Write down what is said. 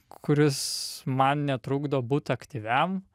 kuris man netrukdo būt aktyviam